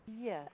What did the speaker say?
Yes